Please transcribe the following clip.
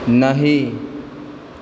नहि